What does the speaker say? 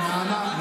שקרנית, את שקרנית.